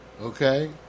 Okay